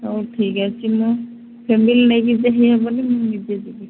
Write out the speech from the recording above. ହଉ ଠିକ୍ ଅଛି ମୁଁ ଫ୍ୟାମିଲି ନେଇକି ଯିବି ହବନି ମୁଁ ନିଜେ ଯିବି